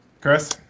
Chris